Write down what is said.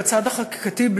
בצד החקיקתי,